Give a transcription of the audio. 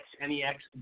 N-E-X